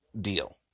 deal